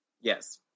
Yes